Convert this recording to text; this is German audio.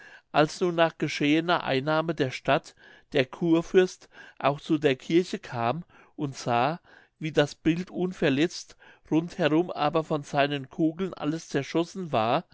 als nun nach geschehener einnahme der stadt der churfürst auch zu der kirche kam und sah wie das bild unverletzt rund herum aber von seinen kugeln alles zerschossen war